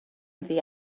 iddi